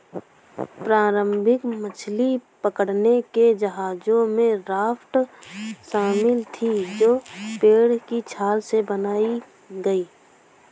प्रारंभिक मछली पकड़ने के जहाजों में राफ्ट शामिल थीं जो पेड़ की छाल से बनाई गई